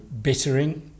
bittering